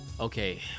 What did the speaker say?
Okay